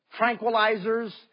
tranquilizers